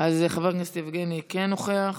אז חבר כנסת יבגני כן נוכח.